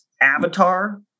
Avatar